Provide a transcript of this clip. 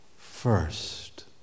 first